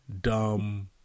dumb